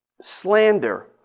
slander